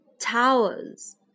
towers